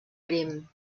prim